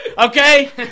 Okay